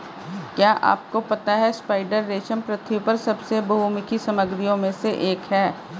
क्या आपको पता है स्पाइडर रेशम पृथ्वी पर सबसे बहुमुखी सामग्रियों में से एक है?